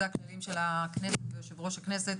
זה הכללים של הכנסת ויושב-ראש הכנסת.